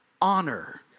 honor